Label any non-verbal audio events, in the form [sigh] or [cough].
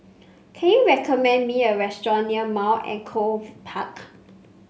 can you recommend me a restaurant near Mount Echo [unintelligible] Park